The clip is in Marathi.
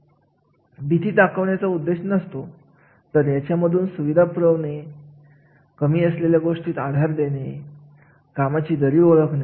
जर संबंधित महत्त्व एखाद्या विशिष्ट कार्याचे जास्त असेल तर अशा कार्याचे मूल्यमापन केले जाते आणि याला जास्तीत जास्त महत्त्व प्राप्त होते